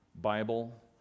Bible